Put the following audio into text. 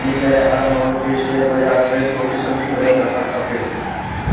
इन्ही करे हरु माण्हू खे शेयर बज़ार में सोचे सम्झी क़दमु रखणु खपे